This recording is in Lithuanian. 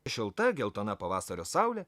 šilta geltona pavasario saulė